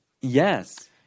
Yes